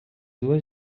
dues